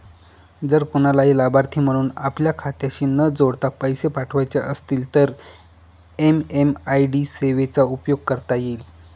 जर कुणालाही लाभार्थी म्हणून आपल्या खात्याशी न जोडता पैसे पाठवायचे असतील तर एम.एम.आय.डी सेवेचा उपयोग करता येईल